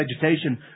vegetation